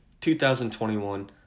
2021